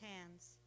hands